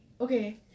Okay